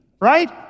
right